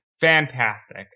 Fantastic